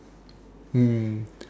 mm